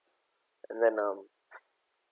and then um